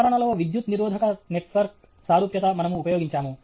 ప్రసరణలో విద్యుత్ నిరోధక నెట్వర్క్ సారూప్యత మనము ఉపయోగించాము